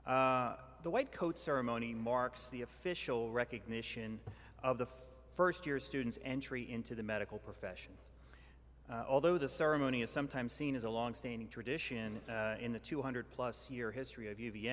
physician the white coat ceremony marks the official recognition of the first year students entry into the medical profession although the ceremony is sometimes seen as a long standing tradition in the two hundred plus year history of you